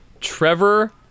Trevor